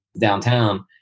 downtown